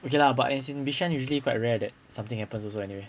okay lah but as in bishan usually quite rare that something happens also anyway